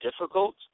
difficult